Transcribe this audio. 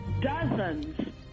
dozens